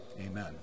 Amen